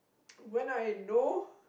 when I know